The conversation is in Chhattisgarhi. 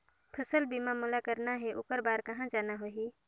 फसल बीमा मोला करना हे ओकर बार कहा जाना होही?